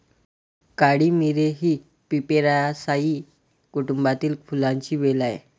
काळी मिरी ही पिपेरासाए कुटुंबातील फुलांची वेल आहे